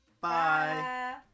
Bye